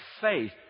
faith